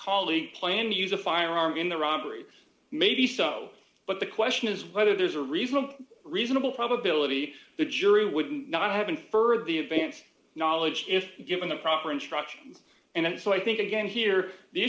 calling planned use a firearm in the robbery maybe so but the question is whether there's a reasonable reasonable probability the jury would not have inferred the advance knowledge if given the proper instruction and so i think again here the